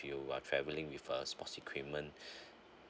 you are traveling with uh sports equipment